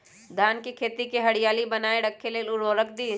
धान के खेती की हरियाली बनाय रख लेल उवर्रक दी?